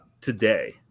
today